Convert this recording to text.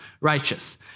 righteous